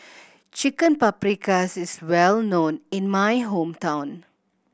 Chicken Paprikas is well known in my hometown